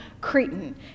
Cretan